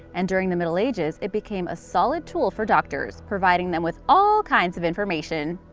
and during the middle ages it became a solid tool for doctors, providing them with all kinds of information!